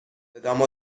صدامو